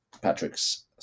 Patrick's